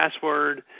password